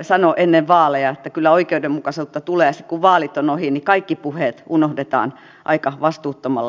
sano ennen vaaleja että kyllä oikeudenmukaisuutta tulee ja sitten kun vaalit ovat ohi niin kaikki puheet unohdetaan aika vastuuttomalla tavalla